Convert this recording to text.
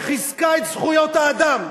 וחיזקה את זכויות האדם,